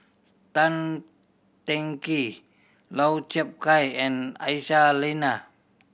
Tan Teng Kee Lau Chiap Khai and Aisyah Lyana